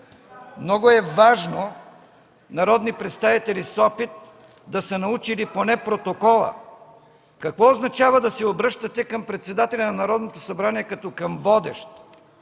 Много е важно народни представители с опит да са научили поне протокола. Какво означава да се обръщате към председателя на Народното събрание като към водещ?!